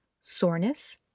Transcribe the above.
soreness